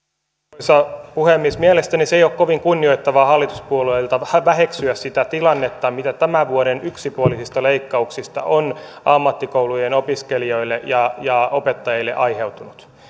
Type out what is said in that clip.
arvoisa puhemies mielestäni ei ole kovin kunnioittavaa hallituspuolueilta väheksyä sitä tilannetta mikä tämän vuoden yksipuolisista leikkauksista on ammattikoulujen opiskelijoille ja ja opettajille aiheutunut